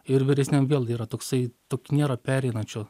ir vyresniam vėl yra toksai tokio nėra pereinančio